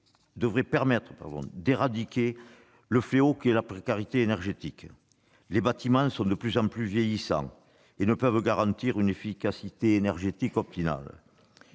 devraient permettre d'éradiquer le fléau qu'est la précarité énergétique. Les bâtiments vieillissent toujours plus et ne peuvent garantir une efficacité énergétique optimale.